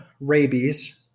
rabies